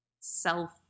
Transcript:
self